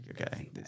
Okay